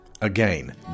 Again